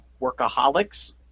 workaholics